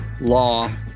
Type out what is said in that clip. law